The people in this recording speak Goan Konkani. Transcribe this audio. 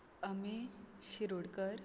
अमेय शिरोडकर